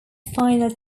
final